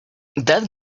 that